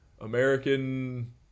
American